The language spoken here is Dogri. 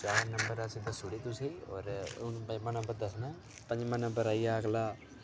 चार नंबर असें दस्सी ओड़े तुसेंगी होर हून पजमां नंबर दस्सना पजमां नंबर आई अगला